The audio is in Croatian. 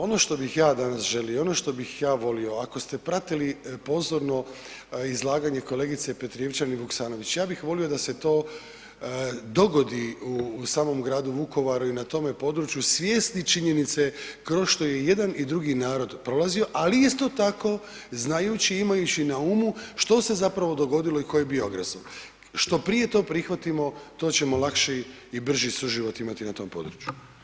Ono što bih ja danas želio, ono što bih ja volio ako ste pratili pozorno izlaganje kolegice Petrijevčanin Vuksanović, ja bih volio da se to dogodi u samom gradu Vukovaru i na tome području svjesni činjenice kroz što je jedan i drugi narod prolazio, ali isto tako znajući i imajući na umu što se dogodilo i tko je bio agresor, što prije to prihvatimo to ćemo lakši i brži suživot imati na tom području.